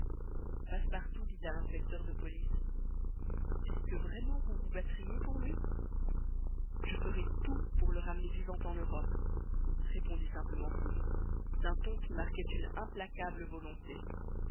passepartout dit à l'inspecteur de police est-ce que vraiment vous vous battriez pour lui je ferai tout pour le ramener vivant en europe répondit simplement fix d'un ton qui marquait une implacable volonté